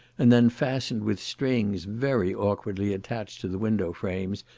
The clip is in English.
and then fastened with strings very awkwardly attached to the window-frames,